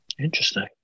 interesting